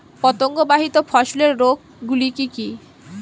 পতঙ্গবাহিত ফসলের রোগ গুলি কি কি?